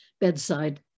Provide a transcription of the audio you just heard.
bedside